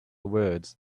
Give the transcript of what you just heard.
words